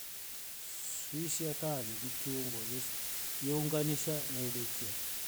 Krisi ya taa ni kiungo yesi yeunginisha na ileeka.